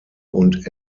und